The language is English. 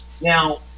Now